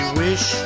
wish